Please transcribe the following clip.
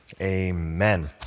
amen